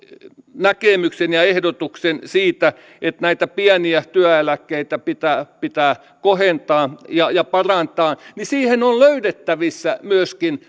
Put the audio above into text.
näkemyksen ja ehdotuksen siitä että näitä pieniä työeläkkeitä pitää pitää kohentaa ja ja parantaa niin että siihen on löydettävissä myöskin